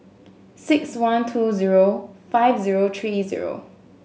six one two zero five zero three zero